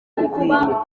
kuba